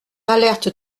alerte